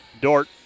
Dort